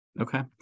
Okay